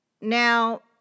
Now